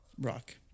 rock